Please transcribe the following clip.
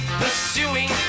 pursuing